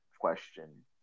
question